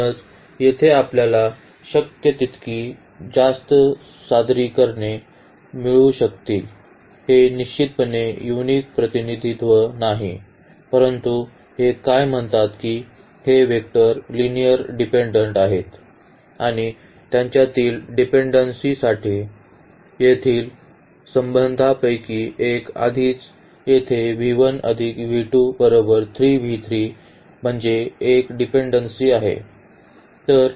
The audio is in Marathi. म्हणूनच येथे आपल्याला शक्य तितकी जास्त सादरीकरणे मिळू शकतील हे निश्चितपणे युनिक प्रतिनिधित्व नाही परंतु हे काय म्हणतात की हे वेक्टर लिनिअर्ली डिपेन्डेन्ट आहेत आणि त्यांच्यातील डिपेन्डेन्सीसाठी येथील संबंधांपैकी एक आधीच येथे म्हणजे 1 डिपेन्डेन्सी आहे